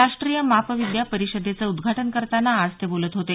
राष्ट्रीय मापविद्या परिषदेचं उद्घाटन करतांना ते आज बोलत होते